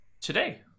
today